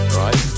right